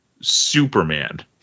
Superman